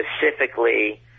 specifically